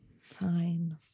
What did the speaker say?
Fine